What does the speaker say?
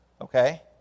Okay